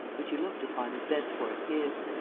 which he looked upon as thenceforth his.